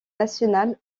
nationales